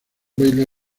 baile